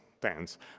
Tens